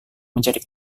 menjadi